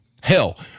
hell